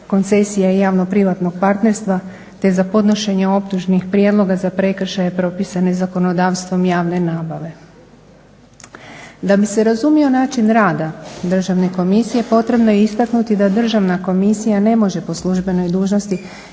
koncesija i javno-privatnog partnerstva te za podnošenje optužnih prijedloga za prekršaje propisane zakonodavstvom javne nabave. Da bi se razumio način rada Državne komisije potrebno je istaknuti da Državna komisija ne može po službenoj dužnosti